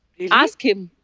ask him.